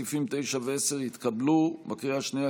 סעיפים 9 ו-10 התקבלו בקריאה השנייה,